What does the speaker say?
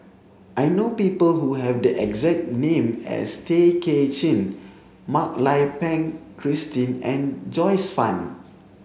I know people who have the exact name as Tay Kay Chin Mak Lai Peng Christine and Joyce Fan